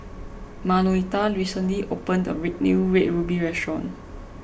Manuelita recently opened a new Red Ruby Restaurant